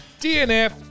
DNF